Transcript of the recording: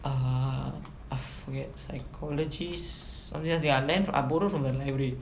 err I forget psychologist I lend I borrow from the library